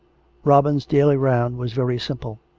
robin's daily round was very simple.